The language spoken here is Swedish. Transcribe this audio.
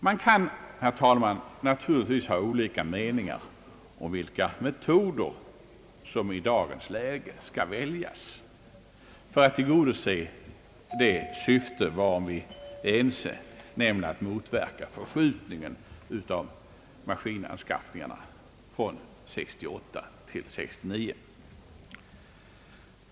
Man kan, herr talman, naturligtvis ha olika meningar om vilka metoder som i dagens läge skall väljas för att tillgodose det syfte varom vi är ense, nämligen att motverka förskjutningen av maskinanskaffningarna från år 1968 till år 1969.